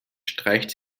streicht